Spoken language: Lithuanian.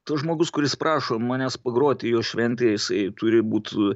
tas žmogus kuris prašo manęs pagroti jo šventėj jisai turi būt